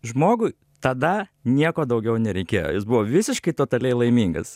žmogui tada nieko daugiau nereikėjo jis buvo visiškai totaliai laimingas